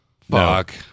Fuck